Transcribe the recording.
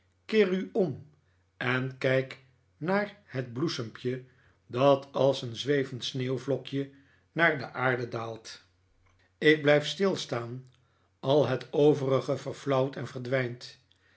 keer u om en kijk naar het bloesempje dat als een zwevend sneeuwvlokje naar de aarde daalt ik blijf stilstaan al het overige verflauwt en verdwijnt